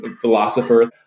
philosopher